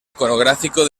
iconográfico